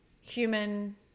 human